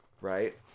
right